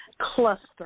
Cluster